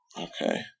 Okay